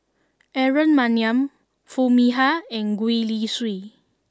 Aaron Maniam Foo Mee Har and Gwee Li Sui